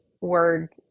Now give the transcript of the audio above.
word